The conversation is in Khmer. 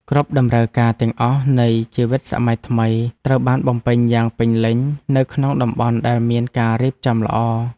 គ្រប់តម្រូវការទាំងអស់នៃជីវិតសម័យថ្មី ត្រូវបានបំពេញយ៉ាងពេញលេញនៅក្នុងតំបន់ដែលមានការរៀបចំល្អ។